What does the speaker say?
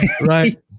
Right